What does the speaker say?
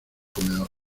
comedor